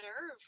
Nerve